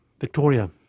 Victoria